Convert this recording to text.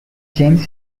james